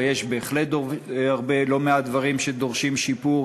ויש בהחלט לא מעט דברים שדורשים שיפור.